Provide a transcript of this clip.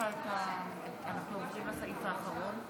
אנחנו ממשיכים בסדר-היום.